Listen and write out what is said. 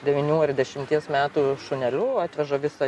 devynių ar dešimties metų šuneliu atveža visą